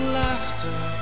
laughter